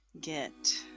get